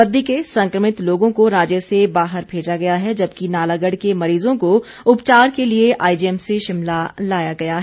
बद्दी के संक्रमित लोगों को राज्य से बाहर भेजा गया है जबकि नालागढ़ के मरीजों को उपचार के लिए आईजीएमसी शिमला लाया गया है